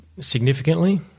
significantly